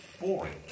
boring